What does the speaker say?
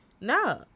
no